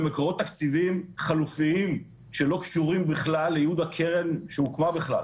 לדברים חלופיים שלא קשורים בכלל לייעוד שלהם,